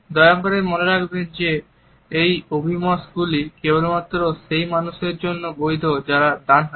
দয়া করে মনে রাখবেন যে এই অভিমত গুলি কেবলমাত্র সেই মানুষদের জন্য বৈধ যারা ডানহাতি